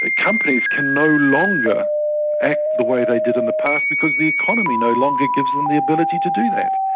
ah companies can no longer act the way they did in the past because the economy no longer gives them the ability to do that.